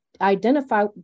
identify